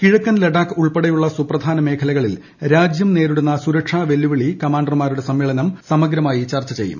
കിഴക്കൻ ലഡാക്ക് ഉൾപ്പെടെയുള്ള സുപ്രധാന മേഖലകളിൽ രാജ്യം നേരിടുന്ന സുരക്ഷാ വെല്ലുവിളി കമാൻഡർമാരുടെ സമ്മേളനം സമഗ്രമായി ചർച്ചചെയ്യും